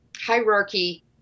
hierarchy